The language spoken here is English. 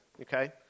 okay